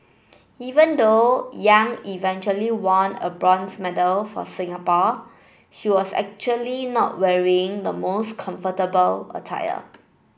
even though Yang eventually won a bronze medal for Singapore she was actually not wearing the most comfortable attire